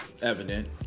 Evident